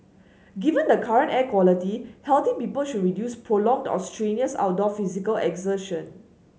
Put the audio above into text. given the current air quality healthy people should reduce prolonged or strenuous outdoor physical exertion